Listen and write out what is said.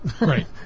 Right